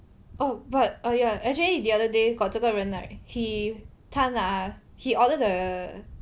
oh but uh ya actually the other day got 这个人 right he 他拿 he ordered the